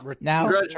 Now